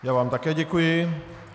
Já vám také děkuji.